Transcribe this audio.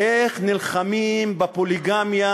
איך נלחמים בפוליגמיה,